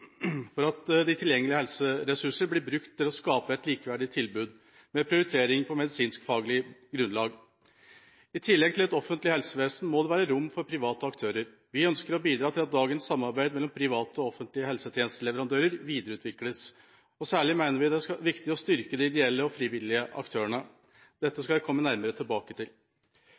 for at de tilgjengelige helseressurser blir brukt til å skape et likeverdig tilbud med prioritering på medisinskfaglig grunnlag. I tillegg til et offentlig helsevesen må det være rom for private aktører. Vi ønsker å bidra til at dagens samarbeid mellom private og offentlige helsetjenesteleverandører videreutvikles, og særlig mener vi det er viktig å styrke de ideelle og frivillige aktørene. Dette skal jeg komme nærmere tilbake til.